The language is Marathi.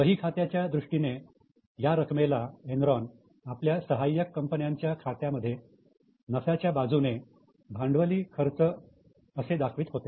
वही खात्याच्या दृष्टीने या रकमेला एनरॉन आपल्या सहाय्यक कंपन्यांच्या खात्यामध्ये नफाच्या बाजूने 'भांडवली खर्च' म्हणून दाखवत होते